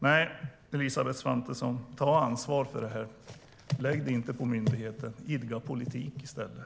Nej, Elisabeth Svantesson, ta ansvar för det här! Lägg det inte på myndigheter! Idka politik i stället!